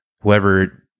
whoever-